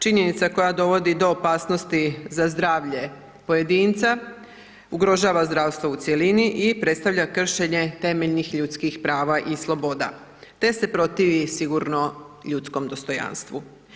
Činjenica koja dovodi do opasnosti za zdravlje pojedinca ugrožava zdravstvo u cjelini i predstavlja kršenje temeljnih ljudskih prava i sloboda te se protivi sigurno ljudskom dostojanstvu.